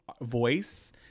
voice